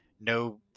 no